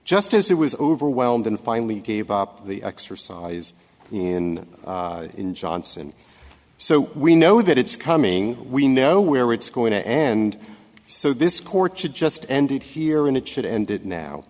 just as it was overwhelmed and finally gave up the exercise in in johnson so we know that it's coming we know where it's going to end so this court should just end it here and it should end it now